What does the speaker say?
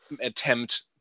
attempt